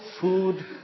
food